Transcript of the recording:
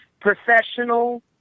professional